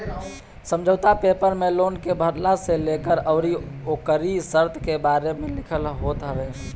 समझौता पेपर में लोन के भरला से लेके अउरी ओकरी शर्त के बारे में लिखल होत हवे